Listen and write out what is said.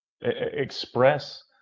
express